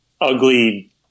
ugly